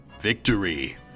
Victory